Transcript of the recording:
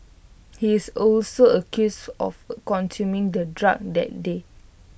he is also accused of consuming the drug that day